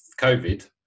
COVID